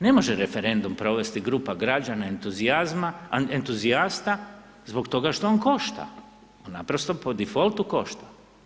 Ne može referendum provesti grupa građana entuzijasta zbog toga što on košta a naprosto po defaultu košta.